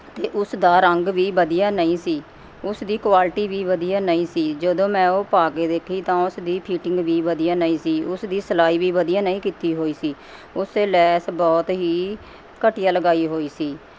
ਅਤੇ ਉਸ ਦਾ ਰੰਗ ਵੀ ਵਧੀਆ ਨਹੀਂ ਸੀ ਉਸ ਦੀ ਕੁਆਲਿਟੀ ਵੀ ਵਧੀਆ ਨਹੀਂ ਸੀ ਜਦੋਂ ਮੈਂ ਉਹ ਪਾ ਕੇ ਦੇਖੀ ਤਾਂ ਉਸ ਦੀ ਫੀਟਿੰਗ ਵੀ ਵਧੀਆ ਨਹੀਂ ਸੀ ਉਸ ਦੀ ਸਿਲਾਈ ਵੀ ਵਧੀਆ ਨਹੀਂ ਕੀਤੀ ਹੋਈ ਸੀ ਉਸ 'ਤੇ ਲੈਸ ਬਹੁਤ ਹੀ ਘਟੀਆ ਲਗਾਈ ਹੋਈ ਸੀ